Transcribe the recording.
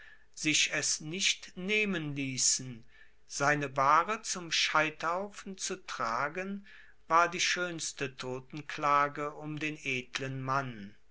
sich es nicht nehmen liessen seine bahre zum scheiterhaufen zu tragen war die schoenste totenklage um den edlen mann